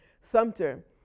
Sumter